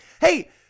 Hey